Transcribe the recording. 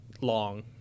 long